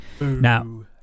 Now